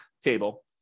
table